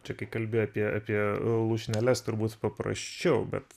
čia kai kalbi apie apie lūšneles turbūt paprasčiau bet